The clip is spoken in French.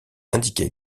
indiquait